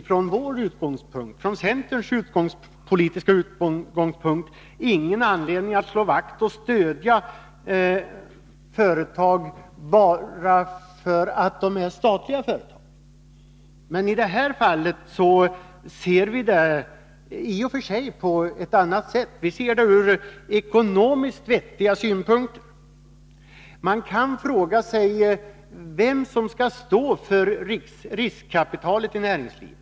Från centerns politiska utgångspunkt har vi ingen anledning att slå vakt om och stödja företag bara därför att de är statliga företag. I det här fallet ser vi i och för sig saken på ett annat sätt, ur ekonomiskt vettiga synpunkter. Man kan fråga sig vem som skall stå för riskkapitalet i näringslivet.